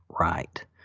right